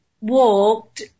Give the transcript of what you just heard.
walked